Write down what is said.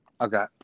Okay